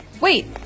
wait